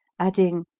adding,